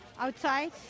outside